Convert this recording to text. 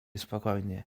spokojnie